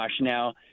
now